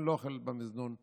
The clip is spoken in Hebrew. אני לא אוכל במזנון הבשרי,